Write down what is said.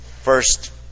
first